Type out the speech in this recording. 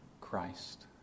Christ